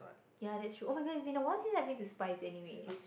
ya that's true oh-my-god it has been a while since I went to Spize anyways